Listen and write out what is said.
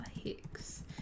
Hicks